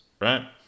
right